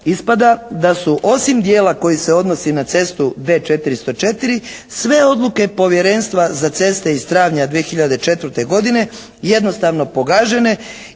ispada da su osim dijela koji se odnosi na cestu D404 sve odluke Povjerenstva za ceste iz travnja 2004. godine jednostavno pogažene